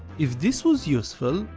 if this was useful,